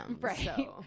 Right